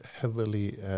heavily